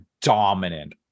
dominant